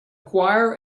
choir